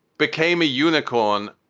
became a unicorn.